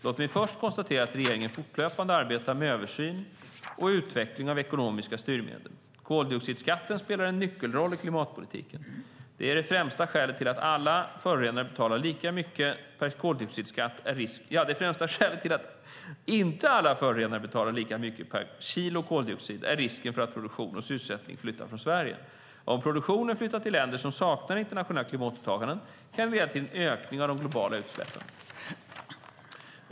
Låt mig först konstatera att regeringen fortlöpande arbetar med översyn och utveckling av ekonomiska styrmedel. Koldioxidskatten spelar en nyckelroll i klimatpolitiken. Det främsta skälet till att inte alla förorenare betalar lika mycket per kilo koldioxid är risken för att produktion och sysselsättning flyttar från Sverige. Om produktionen flyttar till länder som saknar internationella klimatåtaganden kan det leda till en ökning av de globala utsläppen.